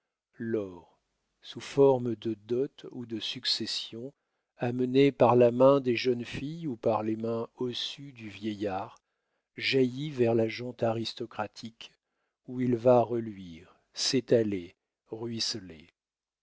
l'or sous forme de dots ou de successions amené par la main des jeunes filles ou par les mains ossues du vieillard jaillit vers la gent aristocratique où il va reluire s'étaler ruisseler